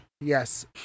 yes